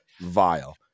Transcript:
vile